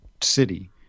city